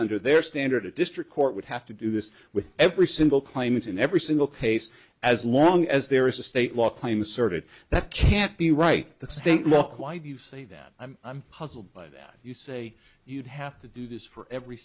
under their standard a district court would have to do this with every single claimant in every single case as long as there is a state law claim asserted that can't be right the state will quite you say that i'm puzzled by that you say you'd have to do this for every